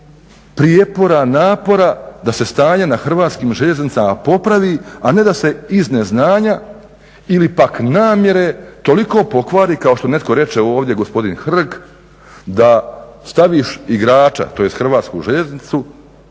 prijepora, napora da se stanje na HŽ-u popravi, a ne da se iz neznanja ili pak namjere toliko pokvari, kao što netko reče ovdje, gospodina Hrg, da staviš igrača, tj. HŽ, putnički